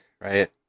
right